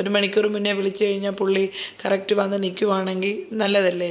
ഒരു മണിക്കൂർ മുന്നേ വിളിച്ച് കഴിഞ്ഞാൽ പുള്ളി കറക്റ്റ് വന്ന് നിൽക്കുകയാണെങ്കിൽ നല്ലതല്ലേ